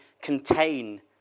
contain